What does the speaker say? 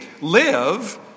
live